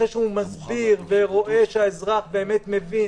אחרי שהוא מסביר ורואה שהאזרח באמת מבין